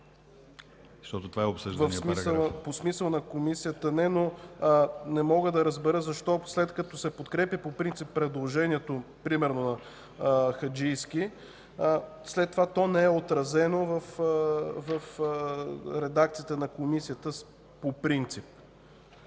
защото това е обсъжданият параграф? ФИЛИП ПОПОВ: По смисъла на Комисията – не. Но не мога да разбера защо, след като се подкрепя по принцип предложението примерно на Хаджийски, след това то не е отразено в редакцията на Комисията по принцип?